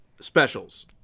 specials